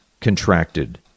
contracted